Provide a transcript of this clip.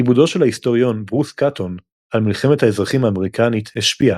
עיבודו של ההיסטוריון ברוס קאטון על מלחמת האזרחים האמריקנית השפיעה,